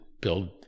build